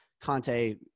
Conte